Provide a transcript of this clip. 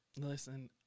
Listen